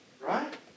Right